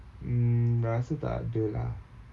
mm rasa takde lah